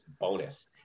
bonus